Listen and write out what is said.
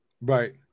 Right